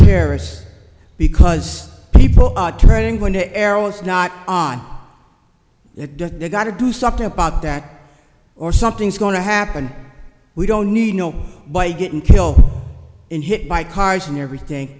terrorists because people are trading when the arrow is not on it you got to do something about that or something's going to happen we don't need no by getting killed in hit by cars and everything